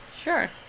Sure